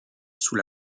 sous